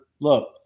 Look